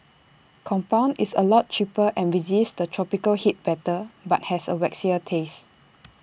compound is A lot cheaper and resists the tropical heat better but has A waxier taste